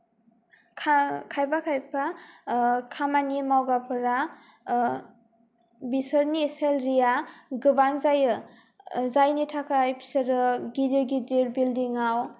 खायफा खायफा खामानि मावग्राफोरा बिसोरनि सेलारिया गोबां जायो जायनि थाखाय बिसोरो गिदिर गिदिर बिल्डिंआव